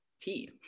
tea